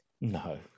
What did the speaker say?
No